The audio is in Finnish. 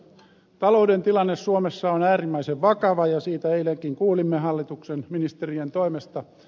talouden tilanne suomessa on äärimmäisen vakava ja siitä eilenkin kuulimme hallituksen ministerien toimesta